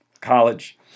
college